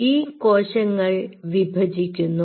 ഈ കോശങ്ങൾ വിഭജിക്കുന്നു